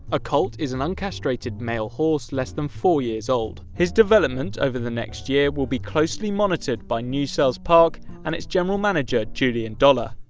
a colt is an uncastrated male horse less than four years old. his development over the next year will be closely monitored by newsells park and its general manager julian dollar.